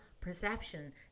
perception